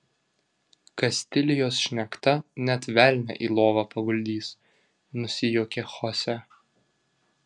kastilijos šnekta net velnią į lovą paguldys nusijuokė chose